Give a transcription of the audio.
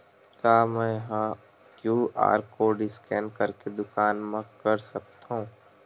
का मैं ह क्यू.आर कोड स्कैन करके दुकान मा कर सकथव?